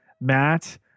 Matt